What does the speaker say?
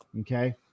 okay